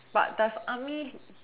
but does army